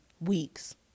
weeks